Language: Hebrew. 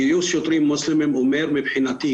גיוס שוטרים מוסלמים אומר מבחינתי,